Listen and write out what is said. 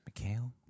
Mikhail